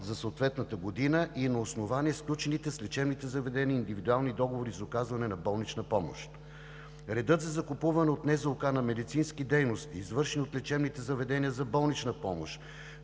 за съответната година, и на основание на сключените с лечебните заведения индивидуални договори за оказване на болнична помощ. Редът за закупуване от НЗОК на медицински дейности, извършени от лечебните заведения за болнична помощ,